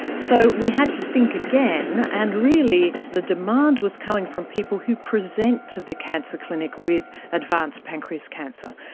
so we had to think again, and really the demand was coming from people who present to the cancer clinic with advanced pancreatic cancer.